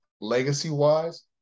legacy-wise